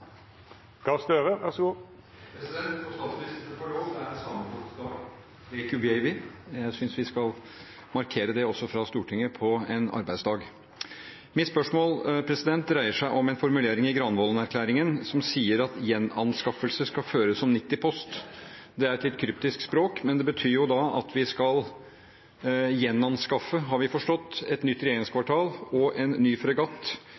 er samefolkets dag. Lihkku beivviin! Jeg synes vi skal markere det også fra Stortinget på en arbeidsdag. Mitt spørsmål dreier seg om en formulering i Granavolden-plattformen som sier at gjenanskaffelse skal føres som 90-post. Det er et litt kryptisk språk, men det betyr at vi skal gjenanskaffe – har vi forstått – et nytt regjeringskvartal og en ny fregatt